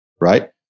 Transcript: right